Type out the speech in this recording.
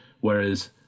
whereas